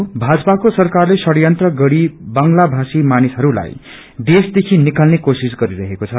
भाजपाको सरकारले षड्यंत्र गरी बंगला भाषी मानिसहरूलाई देशदेखि ेनकाल्ने कोशिश गरिरहेको छ